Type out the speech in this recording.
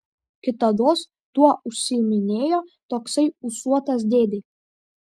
kitados tuo užsiiminėjo toksai ūsuotas dėdė